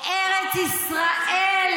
ארץ ישראל,